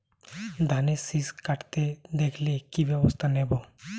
ধানের শিষ কাটতে দেখালে কি ব্যবস্থা নেব?